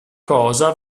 cosa